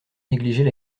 négligeait